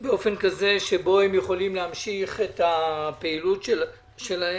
באופן כזה שבו הם יכולים להמשיך את הפעילות שלהם.